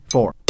Four